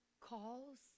calls